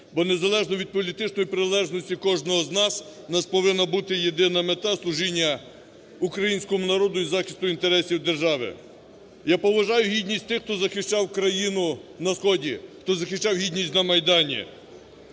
Бо незалежно від політичної приналежності кожного з нас, у нас повинна бути єдина мета – служіння українському народу і захист інтересів держави. Я поважаю гідність тих, хто захищав країну на сході, хто захищав гідність на Майдані,